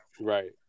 right